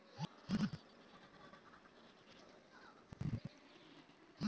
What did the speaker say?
ఎప్పుడో పూర్వకాలంలోనే మన దేశం నుంచి మిరియాలు యేరే దేశాలకు ఎగుమతయ్యాయని జెబుతున్నారు